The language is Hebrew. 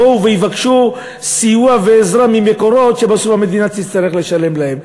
יבואו ויבקשו סיוע ועזרה ממקורות שבסוף המדינה תצטרך לשלם להם.